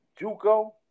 JUCO